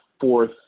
fourth